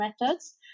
methods